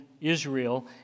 Israel